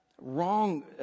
wrong